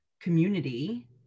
community